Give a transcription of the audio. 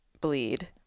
bleed